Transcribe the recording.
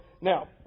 Now